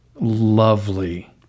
lovely